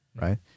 right